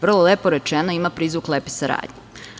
Vrlo lepo rečeno i ima prizvuk lepe saradnje.